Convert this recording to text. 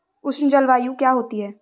उष्ण जलवायु क्या होती है?